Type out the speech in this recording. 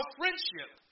friendship